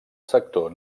sector